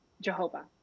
Jehovah